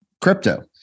crypto